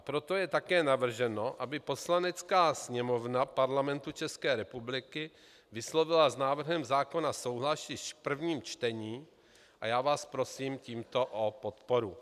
Proto je také navrženo, aby Poslanecká sněmovna Parlamentu České republiky vyslovila s návrhem zákona souhlas již v prvním čtení, a já vás prosím tímto o podporu.